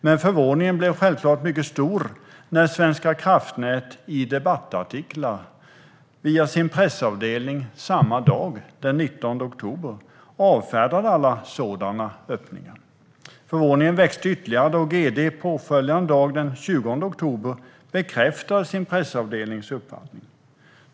Men förvåningen blev självklart mycket stor när Svenska kraftnät i debattartiklar, via sin pressavdelning samma dag, den 19 oktober, avfärdade alla sådana öppningar. Förvåningen växte ytterligare då generaldirektören påföljande dag, den 20 oktober, bekräftade sin pressavdelnings uppfattning.